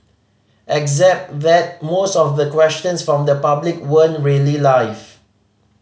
except that most of the questions from the public weren't really live